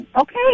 Okay